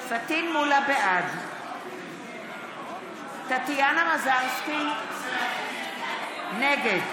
בעד טטיאנה מזרסקי, נגד